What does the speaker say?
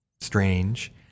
strange